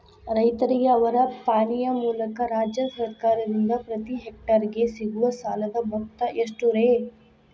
ರೈತರಿಗೆ ಅವರ ಪಾಣಿಯ ಮೂಲಕ ರಾಜ್ಯ ಸರ್ಕಾರದಿಂದ ಪ್ರತಿ ಹೆಕ್ಟರ್ ಗೆ ಸಿಗುವ ಸಾಲದ ಮೊತ್ತ ಎಷ್ಟು ರೇ?